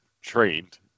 trained